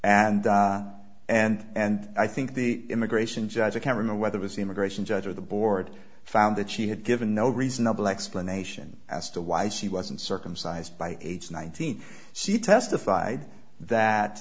and and and i think the immigration judge a cameraman whether it's the immigration judge or the board found that she had given no reasonable explanation as to why she wasn't circumcised by age nineteen she testified that